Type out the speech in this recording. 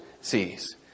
sees